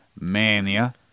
mania